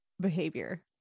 behavior